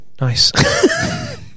Nice